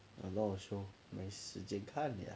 a lot of show 没时间看 ya